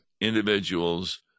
individuals